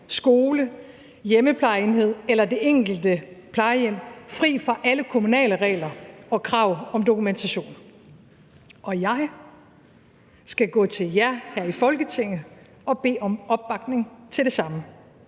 skole, hjemmeplejeenhed eller det enkelte plejehjem fri fra alle kommunale regler og krav om dokumentation. Og jeg skal gå til jer her i Folketinget og bede om opbakning til det samme: